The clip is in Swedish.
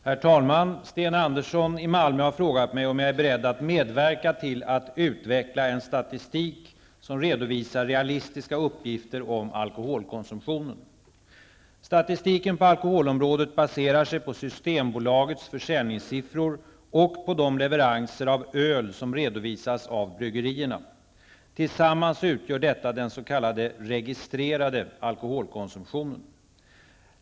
Herr talman! Sten Andersson i Malmö har frågat mig om jag är beredd att medverka till att utveckla en statistik som redovisar realistiska uppgifter om alkoholkonsumtionen. Statistiken på alkoholområdet baserar sig på Systembolagets försäljningssiffror och på de leveranser av öl som redovisas av bryggerierna. Tillsammans utgör detta den s.k. registrerade alkoholkonsumtionen.